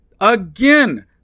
again